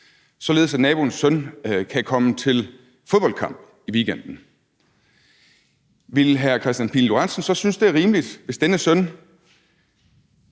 således at naboens søn kan komme til fodboldkamp i weekenden, ville hr. Kristian Pihl Lorentzen så synes, at det er rimeligt, hvis denne søn,